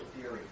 theory